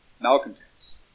malcontents